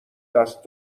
دست